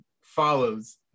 follows